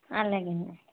అలాగేండి